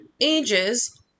ages